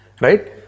right